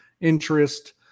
interest